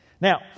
Now